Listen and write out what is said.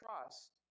trust